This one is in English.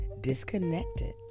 Disconnected